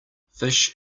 fish